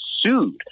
sued